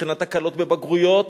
מבחינת הקלות בבגרויות,